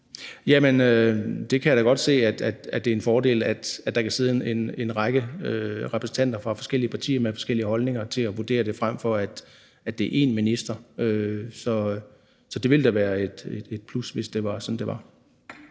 Jamen det kan jeg da godt se, altså at det er en fordel, at der kan sidde en række repræsentanter for forskellige partier med forskellige holdninger til at vurdere det, frem for at det er en minister. Så det ville da være et plus, hvis det var sådan. Kl.